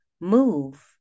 Move